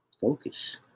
focus